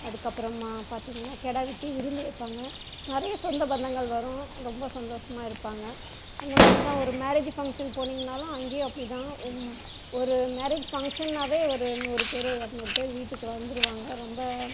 அதுக்கப்புறமாக பார்த்திங்ன்னா கிடா வெட்டி விருந்து வைப்பாங்க நிறைய சொந்தபந்தங்கள் வரும் ரொம்ப சந்தோஷமாக இருப்பாங்க அந்த மாதிரிதான் ஒரு மேரேஜ் பங்ஷன் போனீங்கன்னாலும் அங்கேயும் அப்படிதான் ஒரு மேரேஜ் பங்ஷன்னாவே ஒரு நூறு பேர் இரநூறு பேர் வீட்டுக்கு வந்துடுவாங்க ரொம்ப